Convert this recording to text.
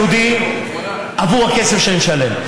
לסיעודי עבור הכסף שאני משלם.